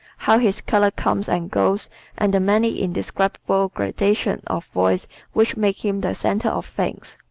how his color comes and goes and the many indescribable gradations of voice which make him the center of things.